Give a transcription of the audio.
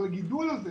אבל הגידול הזה